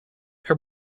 her